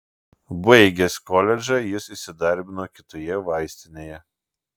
baigęs koledžą jis įsidarbino kitoje vaistinėje